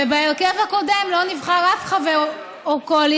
ובהרכב הקודם לא נבחר אף חבר קואליציה,